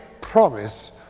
promise